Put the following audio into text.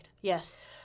Yes